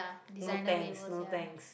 no thanks no thanks